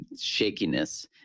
Shakiness